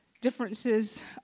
differences